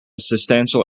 substantial